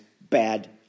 bad